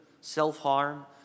self-harm